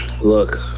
Look